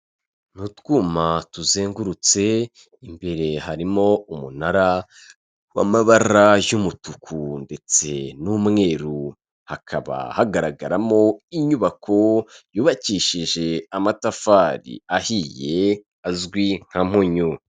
Ni utwuma tuzengurutse imbere harimo umunara w'amabara y'umutuku ndetse n'umweru, hakaba hagaragaramo inyubako yubakishije amatafari ahiye azwi nka mpunyu.